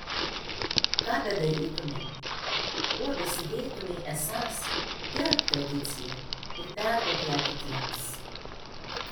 ką bedarytumei kuo besidėtumei esąs gerbk tradiciją ir perduok ją kitiems